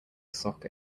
soccer